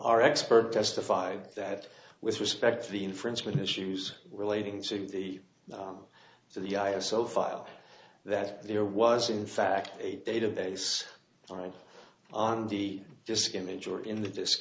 our expert testified that with respect to the infringement issues relating to the so the i have so file that there was in fact a database right on the disk image or in the disk